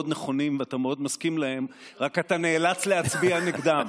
נכונים ואתה מאוד מסכים להם רק אתה נאלץ להצביע נגדם,